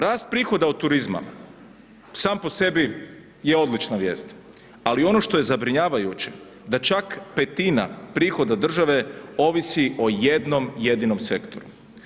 Rast prihoda od turizma sam po sebi je odlična vijest ali ono što je zabrinjavajuće, da čak 1/5 prihoda države, ovisi o jednom jedinom sektoru.